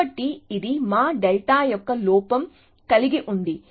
కాబట్టి ఇది మా డెల్టా యొక్క లోపం కలిగి ఉంది